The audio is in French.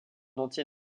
entier